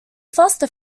foster